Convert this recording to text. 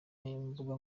imbuga